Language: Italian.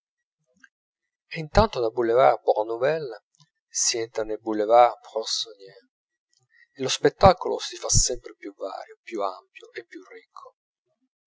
intanto dal boulevard bonne nouvelle si entra nel boulevard poissonnière e lo spettacolo si fa sempre più vario più ampio e più ricco